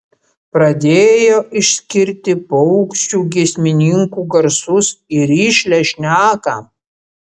pradėjo išskirti paukščių giesmininkų garsus į rišlią šneką